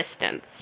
distance